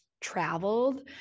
traveled